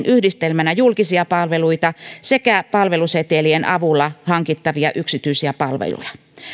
yhdistelmänä julkisia palveluita sekä palvelusetelien avulla hankittavia yksityisiä palveluja